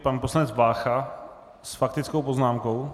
Pan poslanec Vácha s faktickou poznámkou?